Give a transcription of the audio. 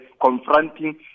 confronting